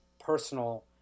personal